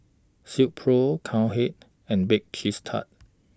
Silkpro Cowhead and Bake Cheese Tart